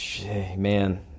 man